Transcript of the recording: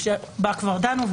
שבה כבר דנו,